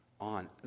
on